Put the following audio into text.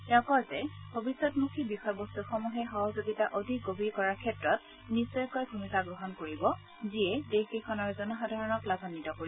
তেওঁ কয় যে ভৱিষ্যতমুখী বিষয়বস্তসমূহে সহযোগিতা অধিক সুদ্য় কৰাৰ ক্ষেত্ৰত নিশ্চয়কৈ ভূমিকা গ্ৰহণ কৰিব যিয়ে দেশকেইখনৰ জনসাধাৰণক লাভান্নিত কৰিব